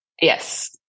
Yes